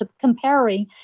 comparing